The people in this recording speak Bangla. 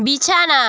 বিছানা